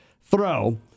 throw